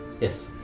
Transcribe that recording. Yes